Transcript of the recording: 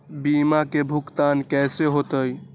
बीमा के भुगतान कैसे होतइ?